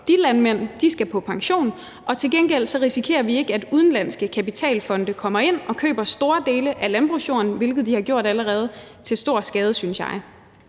de landmænd, for de skal på pension. Til gengæld risikerer vi ikke, at udenlandske kapitalfonde kommer ind og køber store dele af landbrugsjorden, hvilket de har gjort allerede – til stor skade, synes jeg.